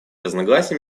разногласий